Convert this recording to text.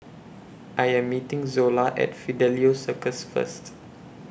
I Am meeting Zola At Fidelio Circus First